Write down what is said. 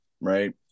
right